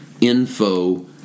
info